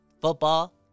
football